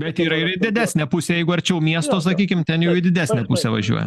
bet yra ir į didesnę pusę jeigu arčiau miesto sakykim ten jau į didesnę pusę važiuoja